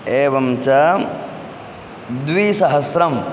एवञ्च द्विसहस्रम्